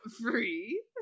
free